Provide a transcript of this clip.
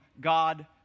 God